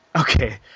okay